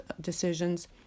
decisions